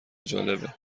جالبه